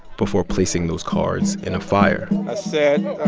before placing those cards in a fire i said,